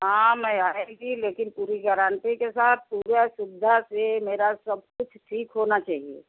हाँ मैं आएगी लेकिन पूरी गरांटी के साथ पूरा सुविधा से मेरा सब कुछ ठीक होना चाहिए